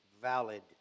valid